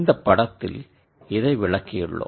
இந்தப் படத்தில் இதை விளக்கியுள்ளோம்